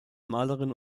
malerin